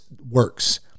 works